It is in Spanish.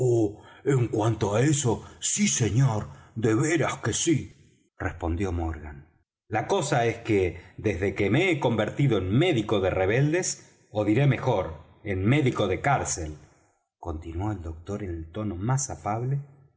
en cuanto á eso sí señor de veras que sí respondió morgan la cosa es que desde que me he convertido en médico de rebeldes ó diré mejor en médico de cárcel continuó el doctor en el tono más afable